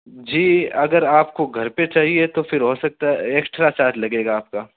جی اگر آپ کو گھر پہ چاہیے تو پھر ہو سکتا ہے ایکسٹرا چارج لگے گا آپ کا